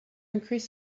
increase